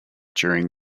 during